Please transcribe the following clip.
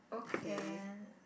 then